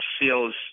feels